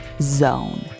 zone